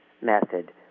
method